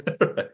Right